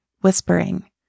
whispering